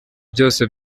byose